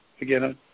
again